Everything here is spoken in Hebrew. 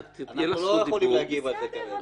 את לא רוצה -- אנחנו לא יכולים להגיב על זה כרגע.